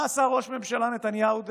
מה עשה ראש הממשלה דאז נתניהו?